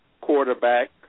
quarterback